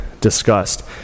discussed